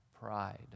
pride